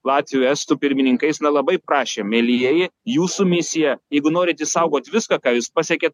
latvių estų pirmininkais na labai prašėm mielieji jūsų misija jeigu norit išsaugot viską ką jūs pasiekėt